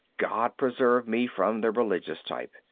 god preserve me from the religious type!